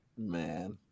Man